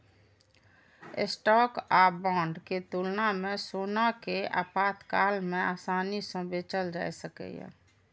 stock आ bond के तुलना मे सोना कें आपातकाल मे आसानी सं बेचल जा सकैए